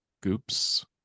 Goop's